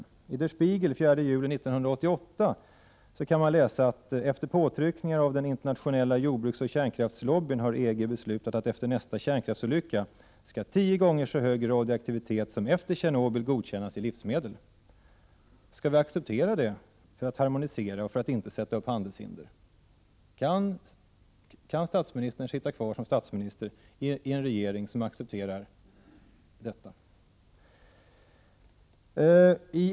I det nummer av Der Spiegel som kom ut den 4 juli 1988 kan man läsa: Efter påtryckningar från den internationella jordbruksoch kärnkraftslobbyn har EG beslutat att man efter nästa kärnkraftsolycka skall godkänna tio gånger så hög radioaktivitet i livsmedel som efter Tjernobylolyckan. Skall vi acceptera det som ett led i harmoniseringen och för att inte vara den som sätter upp handelshinder? Kan Ingvar Carlsson sitta kvar som statsminister i en regering som accepterar någonting sådant?